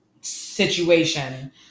situation